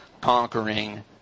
conquering